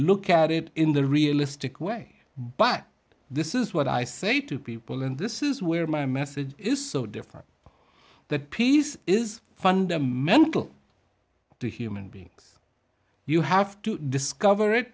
look at it in the realistic way but this is what i say to people and this is where my message is so different that peace is fundamental to human beings you have to discover it